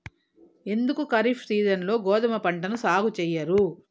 ఎందుకు ఖరీఫ్ సీజన్లో గోధుమ పంటను సాగు చెయ్యరు?